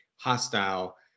hostile